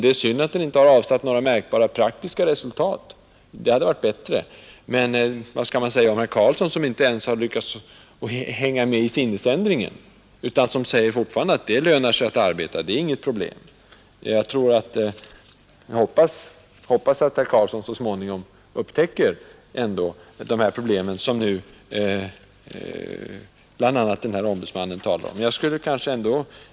Det är synd att den inte har avsatt några praktiska resultat — det hade varit bättre. Men vad skall man säga om herr Karlsson, som inte ens lyckats hänga med i ändringen av attityd, utan fortfarande säger att det lönar sig att arbeta och att detta inte är något problem? Jag hoppas på att herr Karlsson så småningom upptäcker de problem som bl.a. ombudsmannen från Göteborg talar om.